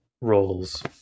roles